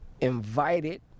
invited